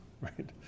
right